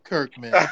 Kirkman